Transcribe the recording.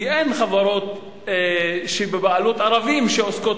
כי אין חברות בבעלות ערבים שעוסקות